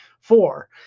four